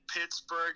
pittsburgh